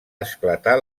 esclatar